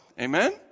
Amen